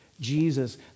Jesus